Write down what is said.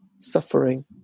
suffering